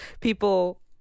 people